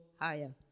higher